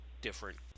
different